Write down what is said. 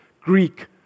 Greek